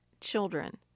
children